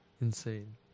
Insane